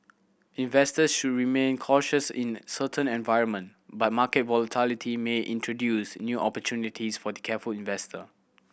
investors should remain cautious in this uncertain environment but market volatility may introduce new opportunities for the careful investor